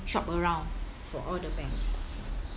shop around for all the banks